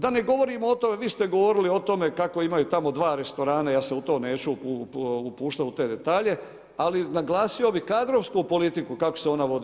Da ne govorim o tome, vi ste govorili o tome kako imaju tamo dva restorana, ja se u to neću upuštati u te detalje, ali naglasio bih kadrovsku politiku kako se ona vodi.